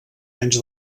anys